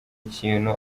ikintu